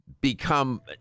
become